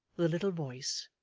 the little voice,